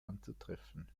anzutreffen